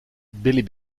billy